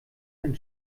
ein